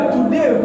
Today